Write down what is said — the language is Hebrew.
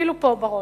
אפילו פה, בראש.